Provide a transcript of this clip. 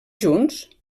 junts